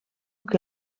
que